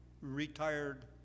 retired